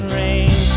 rain